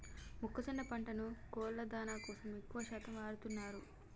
మొక్కజొన్న పంటను కోళ్ళ దానా కోసం ఎక్కువ శాతం వాడుతున్నారు